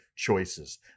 choices